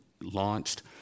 launched